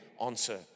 answer